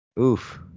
Oof